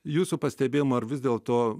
jūsų pastebėjimu ar vis dėlto